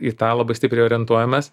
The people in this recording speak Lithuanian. į tą labai stipriai orientuojamės